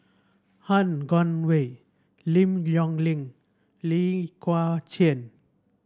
Han Guangwei Lim Yong Ling Lee Kua Chian